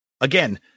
Again